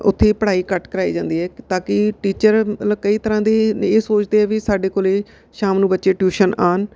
ਉੱਥੇ ਪੜ੍ਹਾਈ ਘੱਟ ਕਰਵਾਈ ਜਾਂਦੀ ਹੈ ਤਾਂ ਕਿ ਟੀਚਰ ਮਤਲਬ ਕਈ ਤਰ੍ਹਾਂ ਦੀ ਇਹ ਸੋਚਦੇ ਆ ਵੀ ਸਾਡੇ ਕੋਲ ਸ਼ਾਮ ਨੂੰ ਬੱਚੇ ਟਿਊਸ਼ਨ ਆਉਣ